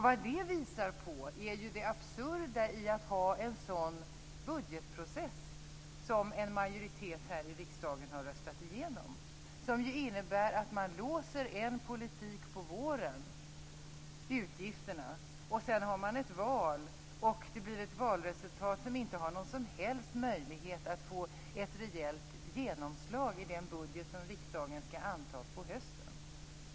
Vad detta visar är det absurda i att ha en sådan budgetprocess som en majoritet här i riksdagen har röstat igenom. Den innebär att man låser en politik på våren, dvs. utgifterna. Sedan har man ett val, och det blir ett valresultat som inte har någon som helst möjlighet att få ett reellt genomslag i den budget som riksdagen skall anta på hösten.